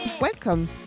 Welcome